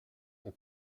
che